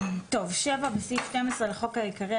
תיקון סעיף 12 7. בסעיף 12 לחוק העיקרי,